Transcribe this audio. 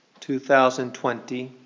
2020